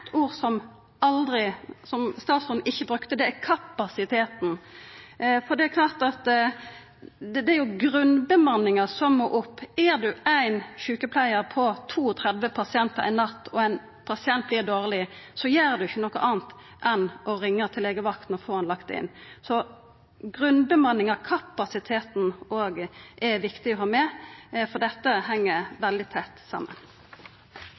ord som statsråden ikkje brukte – det var «kapasiteten». Det er jo grunnbemanninga som må opp. Er ein éin sjukepleiar på 32 pasientar ei natt og ein pasient vert dårleg, gjer ein ikkje noko anna enn å ringja til legevakta og få han lagt inn. Så grunnbemanninga, kapasiteten, er òg viktig å ha med, for dette heng veldig tett saman.